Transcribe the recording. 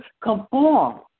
conform